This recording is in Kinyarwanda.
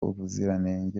ubuziranenge